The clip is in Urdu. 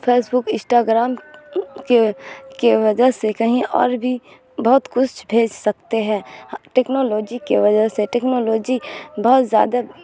فیس بک اشٹاگرام کے کے وجہ سے کہیں اور بھی بہت کچھ بھیج سکتے ہیں ٹیکنالوجی کے وجہ سے ٹیکنالوجی بہت زیادہ